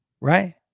Right